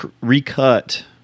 recut